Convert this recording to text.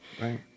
Right